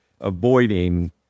avoiding